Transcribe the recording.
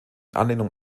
anlehnung